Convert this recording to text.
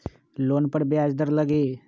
Loan पर ब्याज दर लगी?